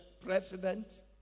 president